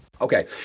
Okay